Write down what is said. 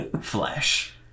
flesh